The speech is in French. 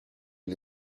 une